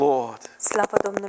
Lord